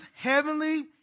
heavenly